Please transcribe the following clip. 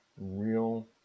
real